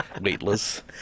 weightless